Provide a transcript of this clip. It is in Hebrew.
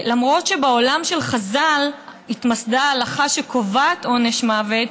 למרות שבעולם של חז"ל התמסדה ההלכה שקובעת עונש מוות,